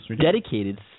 dedicated